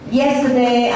yesterday